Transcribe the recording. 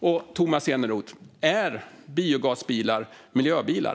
Och, Tomas Eneroth, är biogasbilar miljöbilar?